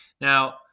Now